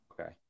Okay